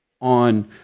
on